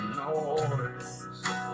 noise